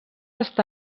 està